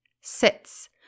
sits